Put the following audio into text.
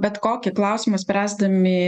bet kokį klausimą spręsdami